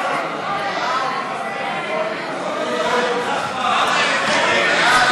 ההצעה להעביר את הצעת חוק לעיגון מעמדם